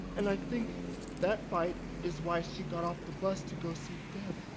and i think that fight is why she got off the bus to go see deb